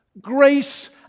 grace